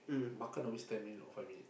makan always ten minute or five minute